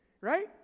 right